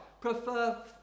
prefer